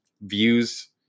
views